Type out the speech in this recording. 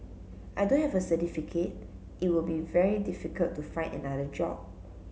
I don't have a certificate it will be very difficult to find another job